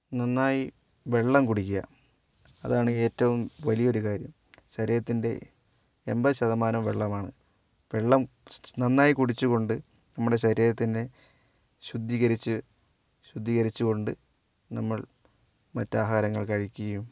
നന്നായി വെള്ളം കുടിക്കുക അതാണ് ഏറ്റവും വലിയ ഒരു കാര്യം ശരീരത്തിൻ്റെ എമ്പത് ശതമാനവും വെള്ളമാണ് വെള്ളം നന്നായി കുടിച്ചുകൊണ്ട് നമ്മുടെ ശരീരത്തിനെ ശുദ്ധീകരിച്ച് ശുദ്ധീകരിച്ചുകൊണ്ട് നമ്മൾ മറ്റാഹാരങ്ങൾ കഴിക്കുകയും